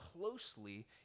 closely